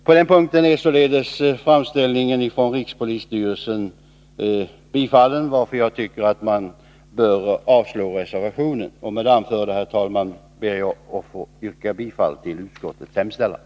På den punkten är således framställningen från rikspolisstyrelsen tillstyrkt, varför reservationen bör avslås. Med det anförda, herr talman, ber jag att få yrka bifall till utskottets hemställan.